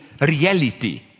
reality